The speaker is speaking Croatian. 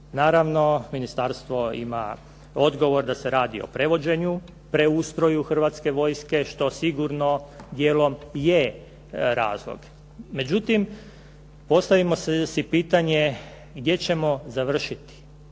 Naravno ministarstvo ima odgovor da se radi o prevođenju, preustroju Hrvatske vojske što sigurno dijelom je razlog. Međutim, postavimo si pitanje gdje ćemo završiti?